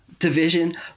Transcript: Division